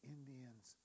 Indians